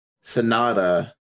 Sonata